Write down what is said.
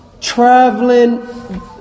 traveling